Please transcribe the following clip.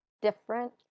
Different